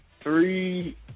Three